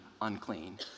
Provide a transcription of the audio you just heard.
unclean